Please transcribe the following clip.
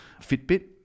Fitbit